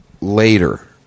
later